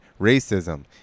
racism